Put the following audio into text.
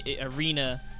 arena